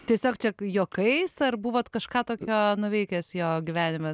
tiesiog čia juokais ar buvot kažką tokio nuveikęs jo gyvenime